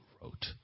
wrote